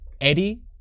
Eddie